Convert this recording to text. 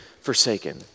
forsaken